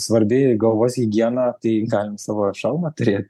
svarbi galvos higiena tai galim savo šalmą turėti